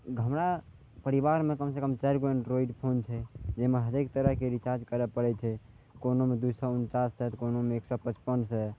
हमरा परिवारमे कम से कम चारिगो एंड्रॉइड फोन छै जाहिमे हरेक तरहके रिचार्ज करै पड़ै छै कोनोमे दू सए उन्चास से तऽ कोनोमे एक सए पचपन से